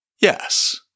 Yes